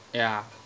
ya